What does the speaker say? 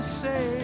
say